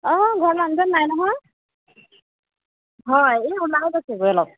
অঁ ঘৰত মানুহজন নাই নহয় হয় এই ওলাই গৈছেগৈ অলপ